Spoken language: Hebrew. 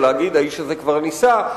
או להגיד: האיש הזה כבר נישא.